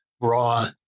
raw